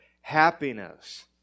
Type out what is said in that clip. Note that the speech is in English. happiness